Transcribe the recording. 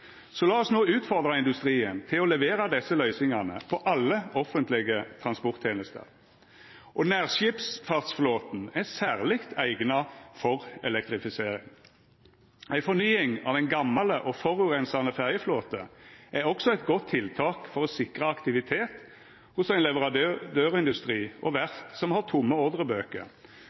Så la oss no utfordra industrien til å levera desse løysingane på alle offentlege transporttenester. Nærskipsfartsflåten er særleg eigna for elektrifisering. Ei fornying av ein gamal og forureinande ferjeflåte er også eit godt tiltak for å sikra aktivitet hos ein leverandørindustri og verft som har tomme